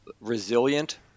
resilient